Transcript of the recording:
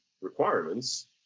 requirements